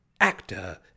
actor